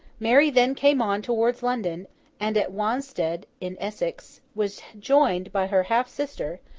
mary then came on towards london and at wanstead in essex, was joined by her half-sister,